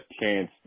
chance